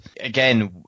again